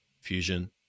Fusion